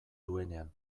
duenean